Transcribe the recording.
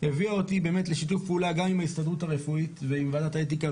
הביאה אותי באמת לשיתוף פעולה גם עם ההסתדרות הרפואית ועם ועדת האתיקה,